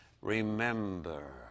remember